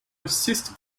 assist